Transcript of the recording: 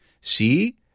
see